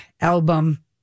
album